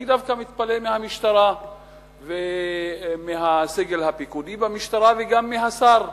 אני דווקא מתפלא על המשטרה והסגל הפיקודי במשטרה וגם על השר,